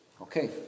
Okay